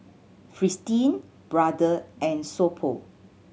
Fristine Brother and So Pho